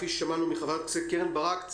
כפי ששמענו מחברת הכנסת קרן ברק,